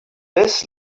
this